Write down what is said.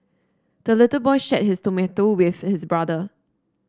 the little boy shared his tomato with his brother